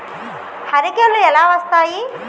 హరికేన్లు ఎలా వస్తాయి?